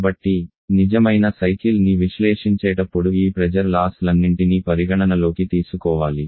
కాబట్టి నిజమైన సైకిల్ ని విశ్లేషించేటప్పుడు ఈ ప్రెజర్ లాస్ లన్నింటినీ పరిగణనలోకి తీసుకోవాలి